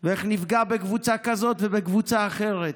ואיך נפגע בקבוצה כזאת ובקבוצה אחרת.